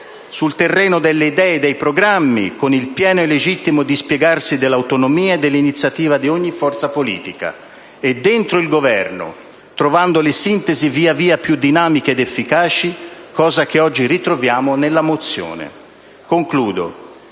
sul terreno delle idee e dei programmi, con il pieno e legittimo dispiegarsi dell'autonomia e dell'iniziativa di ogni forza politica; e dentro il Governo, trovando le sintesi via via più dinamiche ed efficaci, cose che oggi ritroviamo nella proposta di